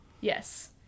Yes